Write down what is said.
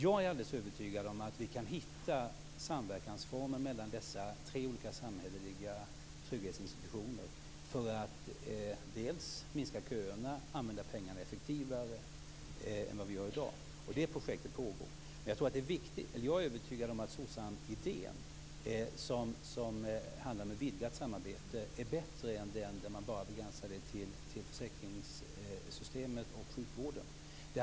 Jag är alldeles övertygad om att vi kan hitta samverkansformer mellan dessa tre olika samhälleliga trygghetsinstutioner för att minska köerna och använda pengarna effektivare än vad vi gör i dag. Det projektet pågår. Jag är övertygad om att SOCSAM-idén, som handlar om ett vidgat samarbete, är bättre än att man bara begränsar det till försäkringssystemet och sjukvården.